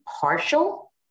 partial